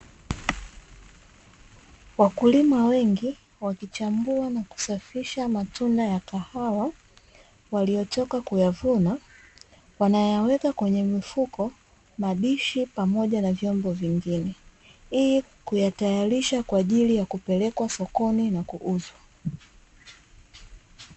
Wakulima wengi wakichambua na kusafisha matunda ya kahawa waliyotoka kuvuna wanayaweka kwenye mifuko, madishi pamoja na vyombo vingine ili kuyatayarisha, kwaajili ya kupelekwa sokoni na kuuzwa.